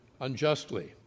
unjustly